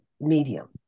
medium